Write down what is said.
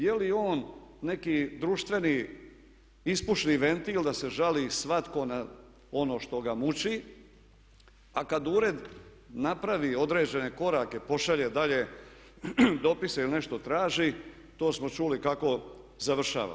Je li on neki društveni ispušni ventil da se žali svatko na ono što ga muči, a kad ured napravi određene korake i pošalje dalje dopise ili nešto traži to smo čuli kako završava.